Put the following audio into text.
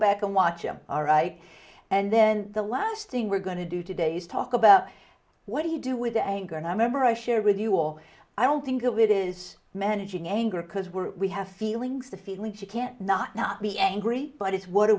back and watch him and then the last thing we're going to do today is talk about what do you do with the anger and i remember i share with you all i don't think of it is managing anger because we're we have feelings the feelings you can not not be angry but it's what do